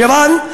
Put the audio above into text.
חירן.